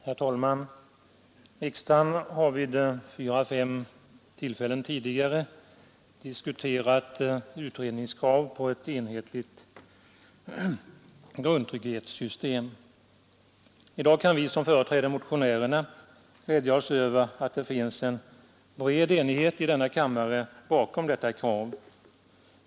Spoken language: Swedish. Herr talman! Riksdagen har vid fyra å fem tillfällen tidigare diskuterat krav på utredning om ett enhetligt grundtrygghetssystem. I dag kan vi som företräder motionärerna glädja oss över att det finns en bred enighet i denna kammare bakom detta krav.